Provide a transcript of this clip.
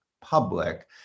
public